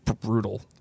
brutal